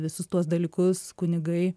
visus tuos dalykus kunigai